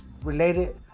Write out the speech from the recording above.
related